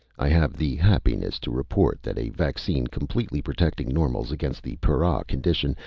i have the happiness to report that a vaccine completely protecting normals against the para condition,